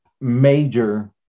major